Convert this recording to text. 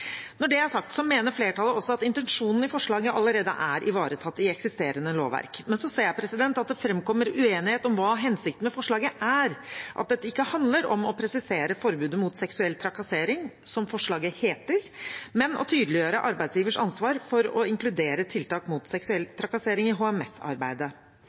Når det er sagt, mener flertallet også at intensjonen i forslaget allerede er ivaretatt i eksisterende lovverk. Så ser jeg at det framkommer uenighet om hva hensikten med forslaget er, at dette ikke handler om å presisere forbudet mot seksuell trakassering, som forslaget heter, men om å tydeliggjøre arbeidsgivers ansvar for å inkludere tiltak mot